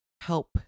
help